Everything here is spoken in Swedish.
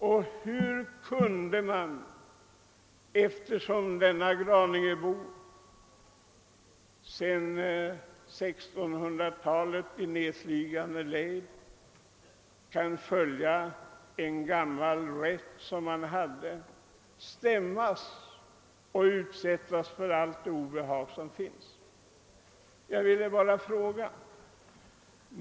Och hur kunde denne Graningebo i rätt nedstigande led sedan 1600-talet, då han följde en gammal rätt som han hade, stämmas inför domstol och utsättas för allt detta obehag? — Jag vill bara fråga.